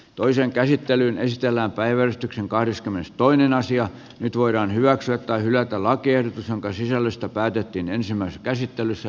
toiseen käsittelyyn esitellään päivystyksen kahdeskymmenestoinen asia nyt voidaan hyväksyä tai hylätä lakiehdotus jonka sisällöstä päätettiin ensimmäisessä käsittelyssä